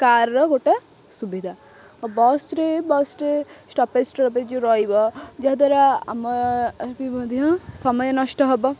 କାର୍ର ଗୋଟା ସୁବିଧା ବସ୍ରେ ବସ୍ରେ ଷ୍ଟପେଜ ଷ୍ଟପେଜ ଯେଉଁ ରହିବ ଯାହାଦ୍ୱାରା ଆମେ ମଧ୍ୟ ସମୟ ନଷ୍ଟ ହବ